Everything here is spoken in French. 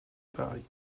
paris